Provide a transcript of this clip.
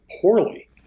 poorly